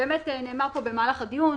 באמת נאמר פה במהלך הדיון,